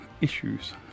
issues